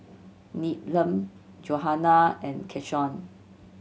Needham Johanna and Keshawn